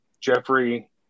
Jeffrey